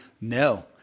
No